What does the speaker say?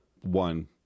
one